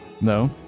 No